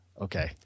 Okay